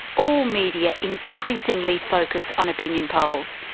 all media increasingly focus on opinion polls,